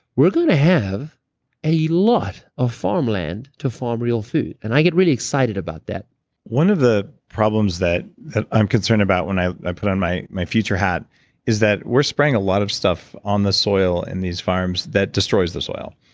we're going to have a lot of farm land to farm real good. and i get really excited about that one of the problems that i'm concerned about when i i put on my my future hat is that we're spraying a lot of stuff on the soil in these farms that destroys the soil.